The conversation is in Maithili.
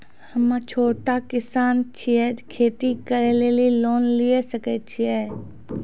हम्मे छोटा किसान छियै, खेती करे लेली लोन लिये सकय छियै?